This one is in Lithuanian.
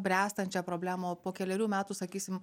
bręstančią problemą o po kelerių metų sakysim